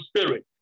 spirit